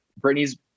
Britney's